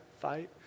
fight